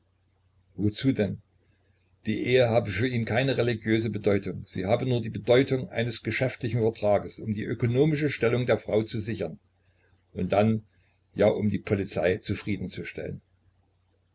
wozu denn die ehe habe für ihn keine religiöse bedeutung sie habe nur die bedeutung eines geschäftlichen vertrages um die ökonomische stellung der frau zu sichern und dann ja um die polizei zufriedenzustellen